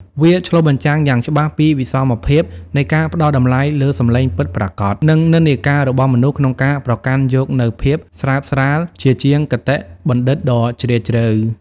វាឆ្លុះបញ្ចាំងយ៉ាងច្បាស់ពីវិសមភាពនៃការផ្ដល់តម្លៃលើសំឡេងពិតប្រាកដ និងនិន្នាការរបស់មនុស្សក្នុងការប្រកាន់យកនូវភាពស្រើបស្រាលជាជាងគតិបណ្ឌិតដ៏ជ្រាលជ្រៅ។